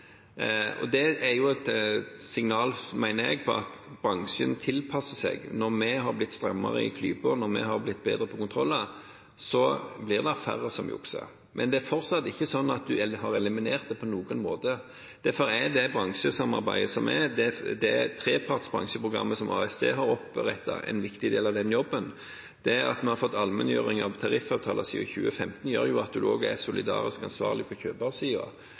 og slett fordi de bilene ikke lenger kjørte til Norge. Det mener jeg er et signal om at bransjen tilpasser seg. Når vi har blitt strammere i klypa, når vi har blitt bedre på kontroller, blir det færre som jukser, men det er fortsatt ikke slik at en har eliminert dette på noen måte. Derfor er det treparts bransjeprogrammet som Arbeids- og sosialdepartementet har opprettet, en viktig del av den jobben. Det at vi har fått allmenngjøring av tariffavtaler siden 2015 gjør at en også er solidarisk ansvarlig på